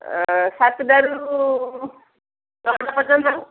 ସାତଟାରୁ ଦଶଟା ପର୍ଯ୍ୟନ୍ତ